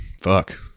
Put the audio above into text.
Fuck